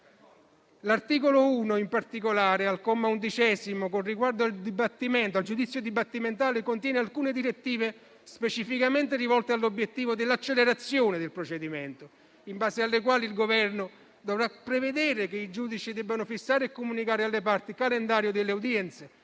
L'articolo 1, al comma 11, con riguardo al giudizio dibattimentale, contiene alcune direttive specificamente rivolte all'obiettivo dell'accelerazione del procedimento, in base alle quali il Governo dovrà prevedere: che i giudici debbano fissare e comunicare alle parti il calendario delle udienze;